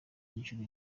inshuro